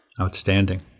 Outstanding